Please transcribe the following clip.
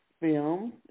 Films